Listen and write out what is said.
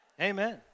Amen